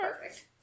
perfect